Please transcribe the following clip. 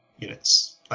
units